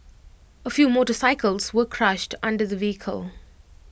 A few motorcycles were crushed under the vehicle